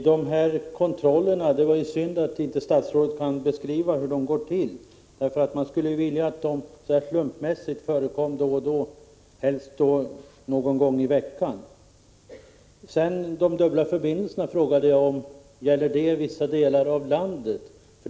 Herr talman! Det var ju synd att statsrådet inte kan beskriva hur de här kontrollerna går till. Man skulle vilja att de gjordes slumpmässigt, förekom då och då, och helst någon gång i veckan. När det gäller de dubbla förbindelserna frågade jag: Gäller de vissa delar — Prot. 1985/86:126 av landet?